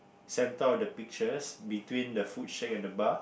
centre of the pictures between the food shack and the bar